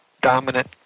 dominant